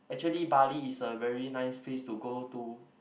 actually Bali is a very nice place to go to